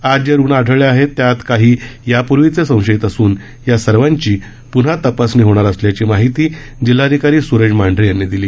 आज जे रुग्ण आढळले आहेत त्यात काही याप्र्वीचे संशयित असून या सर्वांची पून्हा तपासणी होणार असल्याची माहिती जिल्हाधिकारी सूरज मांढरे यांनी दिली